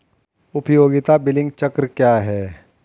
उपयोगिता बिलिंग चक्र क्या है?